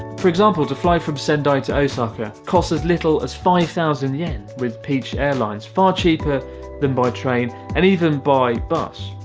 for example to fly from sendai to osaka, cost as little as five thousand yen with peach airlines far cheaper than by train and even by bus.